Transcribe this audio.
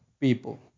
people